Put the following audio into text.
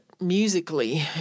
musically